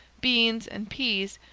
beans, and pease,